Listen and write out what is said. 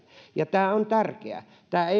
ja tämä on tärkeää